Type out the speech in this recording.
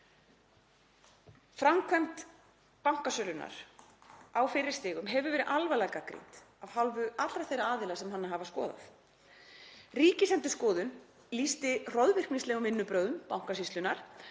Framkvæmd bankasölunnar á fyrri stigum hefur verið alvarlega gagnrýnd af hálfu allra þeirra aðila sem hana hafa skoðað. Ríkisendurskoðun lýsti hroðvirknislegum vinnubrögðum Bankasýslunnar.